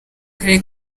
karere